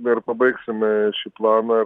dar pabaigsime šį planą